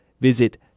visit